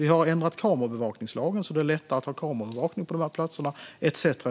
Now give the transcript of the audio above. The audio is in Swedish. Vi har ändrat kameraövervakningslagen så att det nu är lättare att ha kameraövervakning på de här platserna - etcetera.